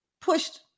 pushed